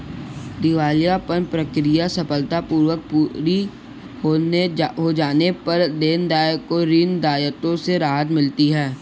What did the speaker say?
दिवालियापन प्रक्रिया सफलतापूर्वक पूरी हो जाने पर देनदार को ऋण दायित्वों से राहत मिलती है